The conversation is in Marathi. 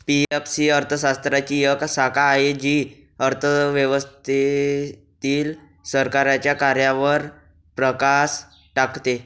पी.एफ ही अर्थशास्त्राची एक शाखा आहे जी अर्थव्यवस्थेतील सरकारच्या कार्यांवर प्रकाश टाकते